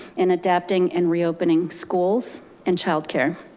and adapting and reopening schools and childcare.